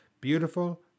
Beautiful